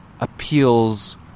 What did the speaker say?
appeals